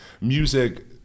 music